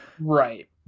Right